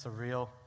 surreal